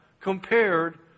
compared